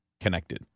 connected